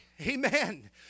amen